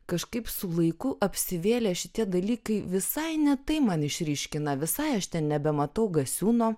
kažkaip su laiku apsivėlė šitie dalykai visai ne tai man išryškina visai aš nebematau gasiūno